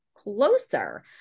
closer